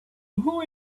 who